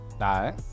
right